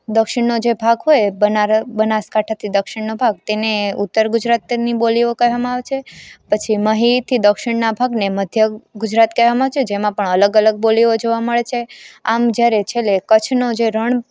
દક્ષિણનો જે ભાગ હોય બનાર બનાસકાંઠાથી દક્ષિણનો ભાગ તેને ઉત્તર ગુજરાતની બોલીઓ કહેવામાં આવે છે પછી મહીથી દક્ષિણના ભાગને મધ્ય ગુજરાત કહેવામાં આવે છે જેમાં પણ અલગ અલગ બોલીઓ જોવા મળે છે આમ જ્યારે છેલ્લે કચ્છનું જે રણ